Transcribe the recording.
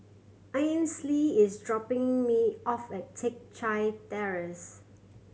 Ainsley is dropping me off at Teck Chye Terrace